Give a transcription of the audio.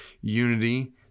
unity